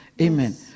Amen